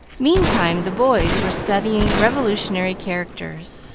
meantime the boys were studying revolutionary characters,